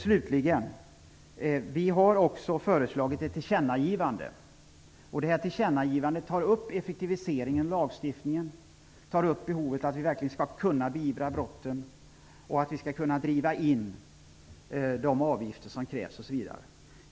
Slutligen har vi också föreslagit ett tillkännagivande. Detta tillkännagivande tar upp effektiviseringen av lagstiftningen, behovet av att vi verkligen skall kunna beivra brotten, behovet av att vi skall kunna driva in de avgifter som krävs osv.